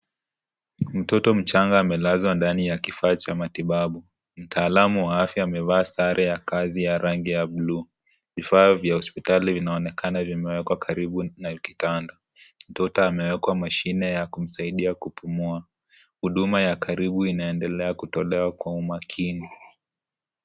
Mtoto mchanga amelazwa ndani ya kifaa cha matibabu, mtaakamu wa afya amevaa sare vya rangi ya blue .vifaa vya hosiptali vinaonekana kuwekwa karibu na kitanda mtoto amewekwa mashine wa kumsaidia kupumua hufuma ya ukaribu inaonekana kutilewa kwa umakini.